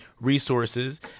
resources